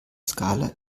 skala